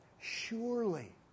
Surely